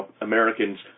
Americans